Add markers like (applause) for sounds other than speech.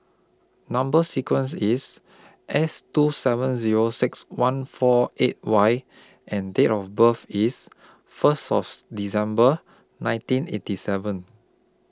Number sequence IS S two seven Zero six one four eight Y and Date of birth IS First (unintelligible) December nineteen eighty seven